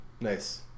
Nice